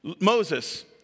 Moses